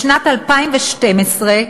בשנת 2012,